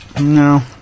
No